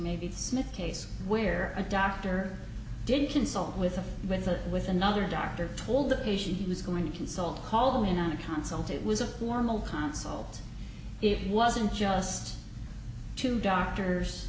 it's smith case where a doctor didn't consult with a with a with another doctor told patients he was going to consult call them in on a console to it was a normal console it wasn't just two doctors